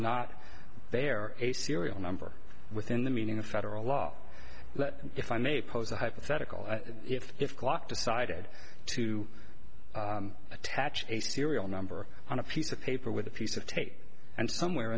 not bear a serial number within the meaning of federal law but if i may pose a hypothetical if if glock decided to attach a serial number on a piece of paper with a piece of tape and somewhere